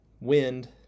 wind